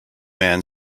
man